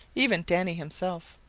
even danny himself.